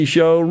Show